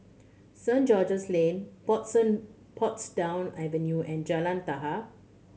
Saint George's Lane Portsdown Avenue and Jalan